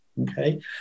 Okay